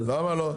אבל --- למה לא?